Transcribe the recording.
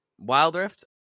wildrift